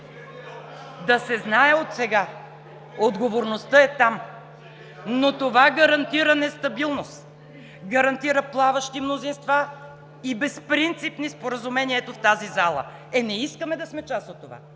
Да се знае отсега, отговорността е там. Но това гарантира нестабилност, гарантира плаващи мнозинства и безпринципни споразумения в тази зала. Е не искаме да сме част от това